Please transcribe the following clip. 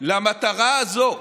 למטרה הזאת.